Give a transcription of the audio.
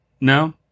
No